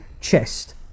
chest